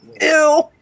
Ew